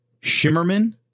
Shimmerman